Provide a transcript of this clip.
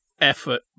effort